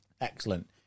Excellent